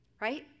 Right